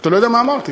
אל תחזור על זה, עדיף.